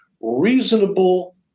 Reasonable